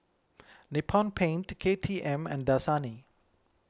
Nippon Paint K T M and Dasani